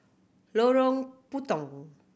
Lorong Putong